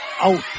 Out